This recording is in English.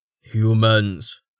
Humans